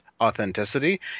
authenticity